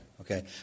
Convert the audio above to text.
Okay